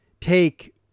Take